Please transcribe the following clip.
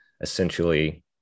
essentially